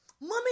Mommy